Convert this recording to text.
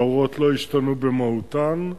ההוראות לא השתנו במהותן.